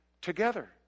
together